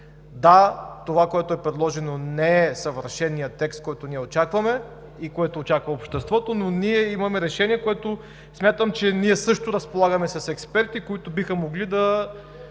Да, това, което е предложено, не е съвършеният текст, който ние очакваме и което очаква обществото, но ние имаме решение, което смятам, че ние също разполагаме с експерти, които биха могли да